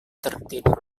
tertidur